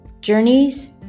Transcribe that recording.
Journeys